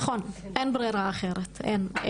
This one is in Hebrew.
נכון, אין ברירה אחרת, אין.